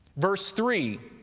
verse three.